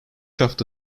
hafta